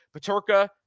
Paterka